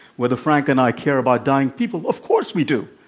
whether frank and i care about dying people. of course, we do.